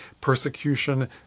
Persecution